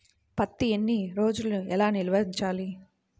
పత్తి ఎన్ని రోజులు ఎలా నిల్వ ఉంచాలి?